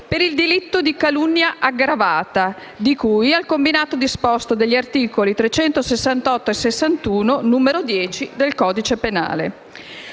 per il delitto di calunnia aggravata, di cui al combinato disposto degli articoli n. 368 e 61, n. 10, del codice penale.